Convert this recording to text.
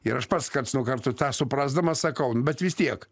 ir aš pats karts nuo karto tą suprasdamas sakau bet vis tiek